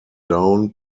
down